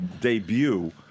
debut